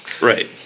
right